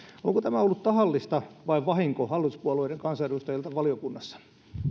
onko tämä ollut tahallista vai vahinko hallituspuolueiden kansanedustajilta valiokunnassa